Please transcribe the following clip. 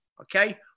okay